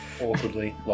awkwardly